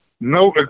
no